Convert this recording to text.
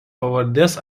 pavardės